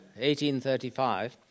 1835